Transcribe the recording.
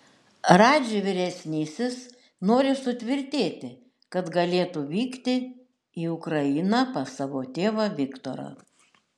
radži vyresnysis nori sutvirtėti kad galėtų vykti į ukrainą pas savo tėvą viktorą